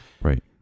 Right